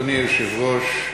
אדוני היושב-ראש,